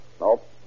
Nope